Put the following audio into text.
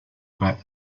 about